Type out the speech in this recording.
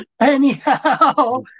Anyhow